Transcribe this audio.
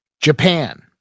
Japan